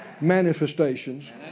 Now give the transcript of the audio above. manifestations